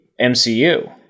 MCU